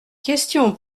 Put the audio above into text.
question